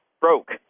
broke